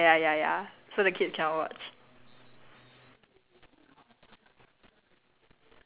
the adult movies like okay not adult movie lah ya ya ya ya so the kids cannot watch